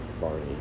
Barney